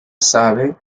sabe